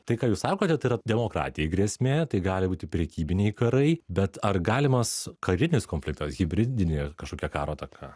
tai ką jūs sakote tai yra demokratijai grėsmė tai gali būti prekybiniai karai bet ar galimas karinis konfliktas hibridini kažkokia karo ataka